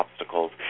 obstacles